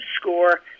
score